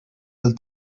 del